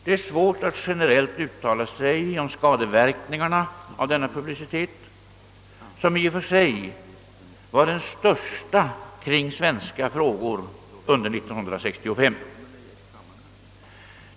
Det är svårt att generellt uttala sig om skadeverkningarna av denna publicitet, som i och för sig var den största kring svenska frågor under 1965.